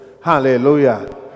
Hallelujah